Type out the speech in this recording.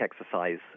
exercise